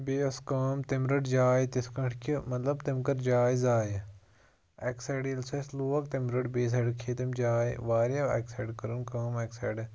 بیٚیہِ ٲس کٲم تٔمۍ رٔٹ جاے تِتھ کٲٹھۍ کہِ مطلب تٔمۍ کٔر جاے زایہِ اَکہِ سایڈٕ ییٚلہِ سُہ اَسہِ لوگ تٔمۍ رٔٹۍ بیٚیہِ سایڈٕ کھیٚیہِ تٔمۍ جاے وارِیاہ اَکہِ سایڈٕ کٔرٕم کٲم اَکہِ سایڈٕ